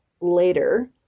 later